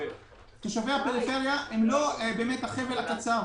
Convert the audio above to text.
תושבי הפריפריה זה החבל הקצר,